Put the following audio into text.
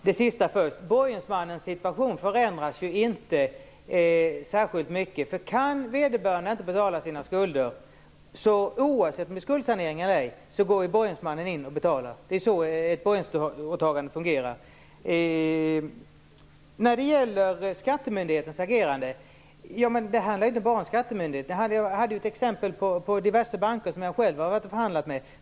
Herr talman! Det sista först: Borgensmannens situation förändras ju inte särskilt mycket. Kan gäldenären inte betala sina skulder går borgensmannen in och betalar oavsett om det skall ske en skuldsanering eller ej. Det är ju så ett borgensåtagande fungerar. När det gäller skattemyndighetens agerande vill jag säga att det inte bara handlar om skattemyndigheten. Jag hade exempel på diverse banker som jag själv har förhandlat med.